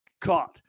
caught